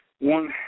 One